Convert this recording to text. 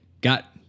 got